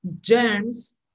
germs